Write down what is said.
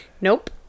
Nope